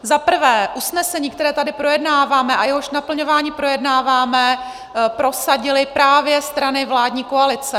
Za prvé, usnesení, které tady projednáváme a jehož naplňování projednáváme, prosadily právě strany vládní koalice.